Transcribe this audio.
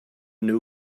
new